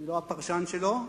לא הפרשן שלו.